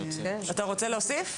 אתה רוצה להוסיף?